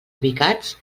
ubicats